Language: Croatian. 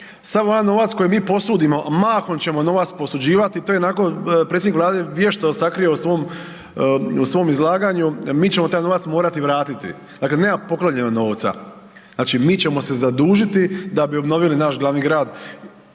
sav ovaj novac koji mi posudimo, a mahom ćemo novac posuđivati to je onako predsjednik Vlade vješto sakrio u svom izlaganju, mi ćemo taj novac morati vratiti. Dakle nema poklonjenog novca, znači mi ćemo se zadužiti da bi obnovili naš glavni grad.